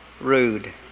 rude